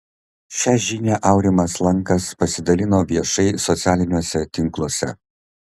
šią žinią aurimas lankas pasidalino viešai socialiniuose tinkluose